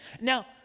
Now